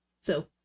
So-